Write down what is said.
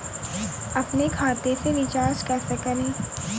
अपने खाते से रिचार्ज कैसे करें?